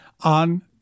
on